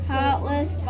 Heartless